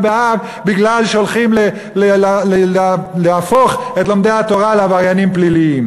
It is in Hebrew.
באב בגלל שהולכים להפוך את לומדי התורה לעבריינים פליליים.